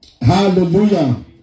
Hallelujah